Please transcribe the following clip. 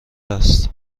است